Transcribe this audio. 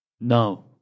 No